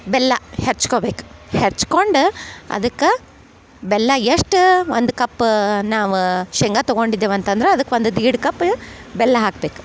ಬೆಲ್ಲ ಹೆಚ್ಕೊಬೇಕು ಹೆಚ್ಕೊಂಡು ಅದಕ್ಕ ಬೆಲ್ಲ ಎಷ್ಟ ಒಂದು ಕಪ್ ನಾವು ಶೇಂಗ ತಗೊಂಡಿದ್ದೇವೆ ಅಂತಂದ್ರ ಅದಕ್ಕೆ ಒಂದು ದೀಡ್ ಕಪ್ ಬೆಲ್ಲ ಹಾಕ್ಬೇಕು